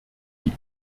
die